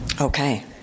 Okay